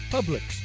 Publix